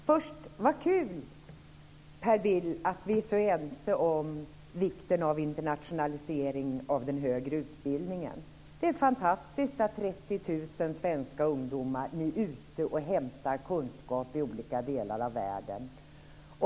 Herr talman! Vad kul, Per Bill, att vi är så ense om vikten av internationalisering av den högre utbildningen. Det är fantastiskt att 30 000 svenska ungdomar nu är ute och hämtar kunskap i olika delar av världen.